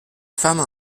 femmes